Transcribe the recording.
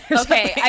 Okay